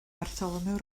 bartholomew